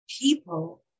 people